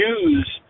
use